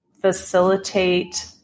facilitate